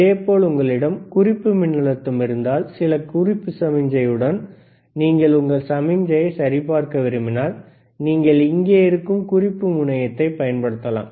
இதேபோல் உங்களிடம் குறிப்பு மின்னழுத்தம் இருந்தால் சில குறிப்பு சமிக்ஞை உடன் நீங்கள் உங்கள் சமிக்ஞையை சரிபார்க்க விரும்பினால் நீங்கள் இங்கே இருக்கும் குறிப்பு முனையத்தைப் பயன்படுத்தலாம்